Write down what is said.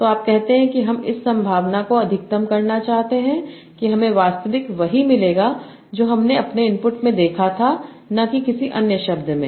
तो आप कहते हैं कि हम इस संभावना को अधिकतम करना चाहते हैं कि हमें वास्तविक वही मिलेगा जो हमने अपने इनपुट में देखा था न कि किसी अन्य शब्द में